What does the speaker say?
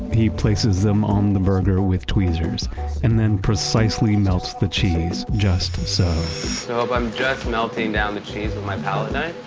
he places them on um the burger with tweezers and then precisely melts the cheese just so i'm just melting down the cheese with my palette knife.